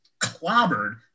clobbered